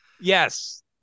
Yes